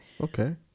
Okay